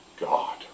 God